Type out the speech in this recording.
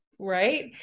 Right